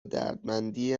دردمندی